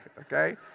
okay